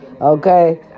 okay